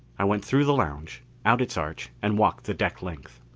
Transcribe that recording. i went through the lounge, out its arch and walked the deck length.